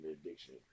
addiction